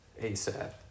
ASAP